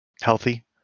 Healthy